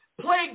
play